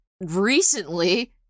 recently